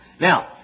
Now